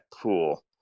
pool